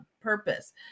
purpose